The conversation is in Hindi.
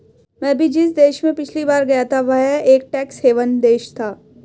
मैं भी जिस देश में पिछली बार गया था वह एक टैक्स हेवन देश था